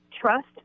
trust